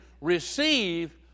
receive